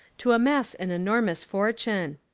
to amass an enormous fortune.